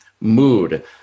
mood